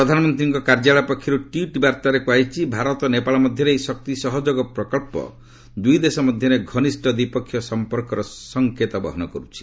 ପ୍ରଧାନମନ୍ତ୍ରୀଙ୍କ କାର୍ଯ୍ୟାଳୟ ପକ୍ଷରୁ ଟ୍ୱିଟ୍ ବାର୍ତ୍ତାରେ କୁହାଯାଇଛି ଭାରତ ନେପାଳ ମଧ୍ୟରେ ଏହି ଶକ୍ତି ସହଯୋଗ ପ୍ରକଳ୍ପ ଦୁଇଦେଶ ମଧ୍ୟରେ ଘନିଷ୍ଠ ଦ୍ୱିପକ୍ଷୀୟ ସଂପର୍କର ସଂକେତ ବହନ କରୁଛି